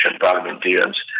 parliamentarians